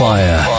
Fire